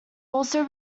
also